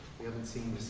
we haven't seen